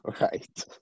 right